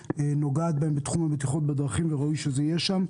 נוגעת בהם בתחום הבטיחות בדרכים וראוי שזה יהיה שם.